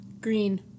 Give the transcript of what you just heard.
Green